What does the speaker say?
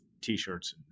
t-shirts